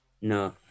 no